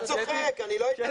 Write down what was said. אני צוחק, אני לא התעצבנתי.